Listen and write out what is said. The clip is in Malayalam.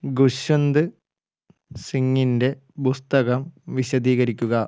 ഖുശ്വന്ത് സിംഗിൻ്റെ പുസ്തകം വിശദീകരിക്കുക